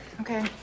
Okay